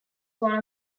one